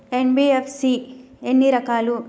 NBFC ఎన్ని రకాలు?